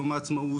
יום העצמאות,